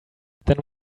then